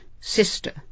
sister